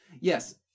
Yes